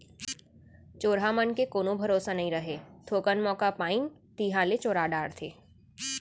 चोरहा मन के कोनो भरोसा नइ रहय, थोकन मौका पाइन तिहॉं ले चोरा डारथें